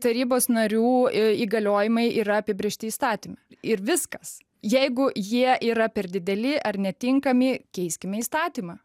tarybos narių įgaliojimai yra apibrėžti įstatyme ir viskas jeigu jie yra per dideli ar netinkami keiskime įstatymą